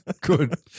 Good